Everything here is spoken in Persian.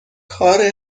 کار